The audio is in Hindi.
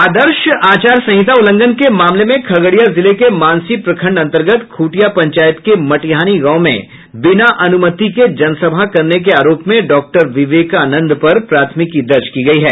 आदर्श आचार संहिता उल्लंघन के मामले में खगड़िया जिले के मानसी प्रखंड अंतर्गत खूटिया पंचायत के मटीहानी गांव में बिना अनुमति के जनसभा करने के आरोप में डॉक्टर विवेकानन्द पर प्राथमिकी दर्ज की गयी है